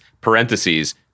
parentheses